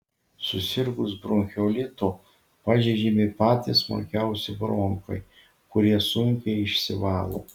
susirgus bronchiolitu pažeidžiami patys smulkiausi bronchai kurie sunkiai išsivalo